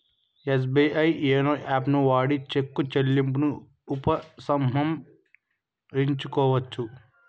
SBI YONO యాపుని వాడి cheque చెల్లింపును ఉపసంహరించుకోవచ్చు